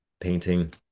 painting